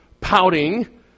pouting